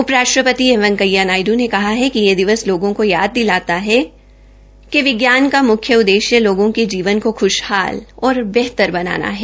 उप राष्ट्रपति एम वेकैंया नायडू ने कहा कि यह दिवस लोगों के याद दिलाता है कि विज्ञान का म्ख्य उद्देश्य लोगों के जीवन को ख्श्हाल और बेहतर बनाना है